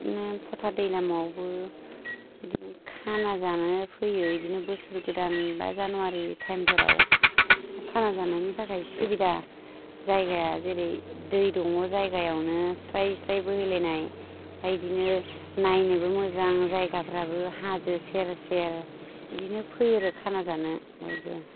बिदिनो पटादैलामआवबो बिदिनो खाना जानो फैयो बिदिनो बोसोर गोदान बा जानुवारि टाइमफोराव खाना जानायनि थाखाय सुबिदा जायगाया जेरै दै दङ जायगायावनो स्राय स्राय बोहैलायनाय ओमफ्राय बिदिनो नायनोबो मोजां जायगाफ्राबो हाजो सेर सेर बिदिनो फैयो आरो खाना जानो बयबो